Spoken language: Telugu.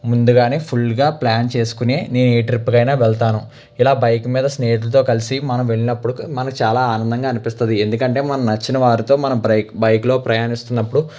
ముందుగానే ఫుల్లుగా ప్ల్యాన్ చేసుకొని నేను ఏ ట్రిప్పు కైనా వెళ్తాను ఇలా బైక్ మీద స్నేహదులతో కలిసి మానం వెళ్లినప్పుడు మనకి చాలా ఆనందంగా అనిపిస్తుంది ఎందుకంటే మనకు నచ్చిన వారితో బైకులో ప్రయాణిస్తున్నప్పుడు